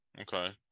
Okay